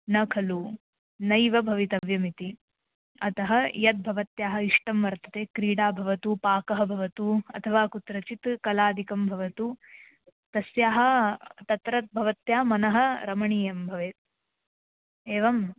न खलु नैव भवितव्यमिति अतः यद् भवत्याः इष्टं वर्तते क्रीडा भवतु पाकः भवतु अथवा कुत्रचित् कलादिकं भवतु तस्याः तत्र भवत्या मनः रमणीयं भवेत् एवं